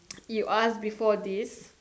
you ask before this